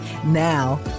Now